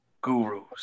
gurus